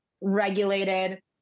regulated